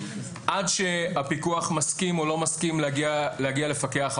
עד שהפיקוח מסכים או לא מסכים להגיע לפקח,